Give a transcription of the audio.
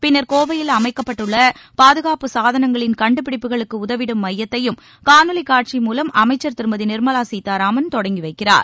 பின்னர் கோவையில் அமைக்கப்பட்டுள்ள பாதுகாப்பு சாதனங்களின் கண்டுபிடிப்புகளுக்கு உதவிடும் மையத்தையும் காணொலி காட்சி மூலம் அமைச்சர் திருமதி நிர்மலா கீதாராமன் தொடங்கி வைக்கிறார்